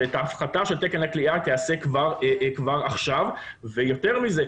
שההפחתה של תקן הכליאה תיעשה כבר עכשיו ויותר מזה,